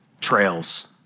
trails